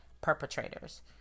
perpetrators